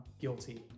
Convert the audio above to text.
guilty